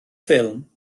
ffilm